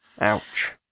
Ouch